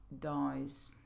dies